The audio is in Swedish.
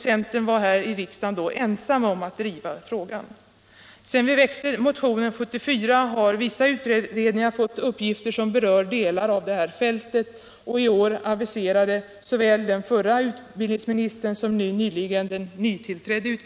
Centern var då ensam här i riksdagen om att driva denna fråga. Sedan vi väckte motionen 1974 har vissa utredningar fått uppgifter som berör delar av detta fält. I år har såväl den förre utbildningsministern som den nytillträdde